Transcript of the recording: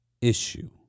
issue